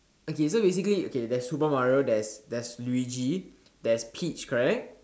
okay so basically okay there's Super Mario there's there's Luiji there's Peach correct